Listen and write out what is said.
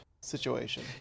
situation